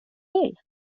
vill